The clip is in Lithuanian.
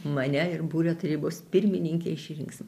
mane ir būrio tarybos pirmininke išrinks